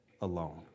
alone